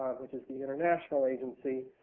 which is the international agency